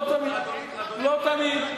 לא תמיד.